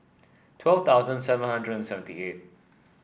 twelve thousand seven hundred and seventy eight